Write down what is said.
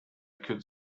could